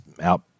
out